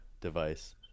device